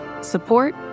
support